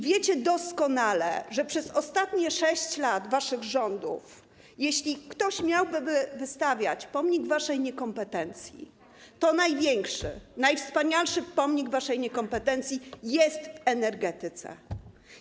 Wiecie doskonale, że przez ostatnie 6 lat waszych rządów, jeśli ktoś miałby wystawiać pomnik waszej niekompetencji, to największy, najwspanialszy pomnik waszej niekompetencji jest w energetyce.